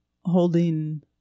holding